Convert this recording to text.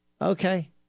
Okay